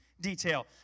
detail